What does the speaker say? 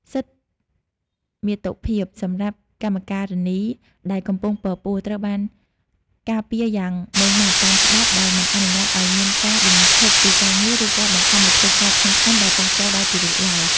សិទ្ធិមាតុភាពសម្រាប់កម្មការិនីដែលកំពុងពពោះ ត្រូវបានការពារយ៉ាងម៉ឺងម៉ាត់តាមច្បាប់ ដោយមិនអនុញ្ញាតឱ្យមានការបញ្ឈប់ពីការងារ ឬការបង្ខំឱ្យធ្វើការងារធ្ងន់ៗដែលប៉ះពាល់ដល់ទារកឡើយ។